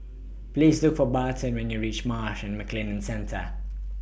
Please Look For Barton when YOU REACH Marsh and McLennan Centre